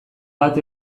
bat